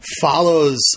Follows